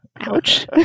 Ouch